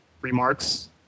remarks